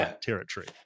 territory